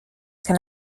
can